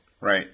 Right